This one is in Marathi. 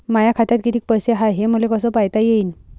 माया खात्यात कितीक पैसे हाय, हे मले कस पायता येईन?